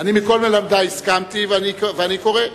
ואני קורא.